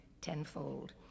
tenfold